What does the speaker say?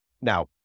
Now